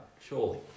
Surely